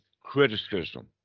criticism